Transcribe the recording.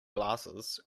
glasses